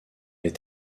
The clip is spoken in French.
est